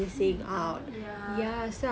missing out ya